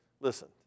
Listen